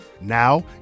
Now